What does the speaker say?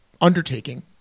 undertaking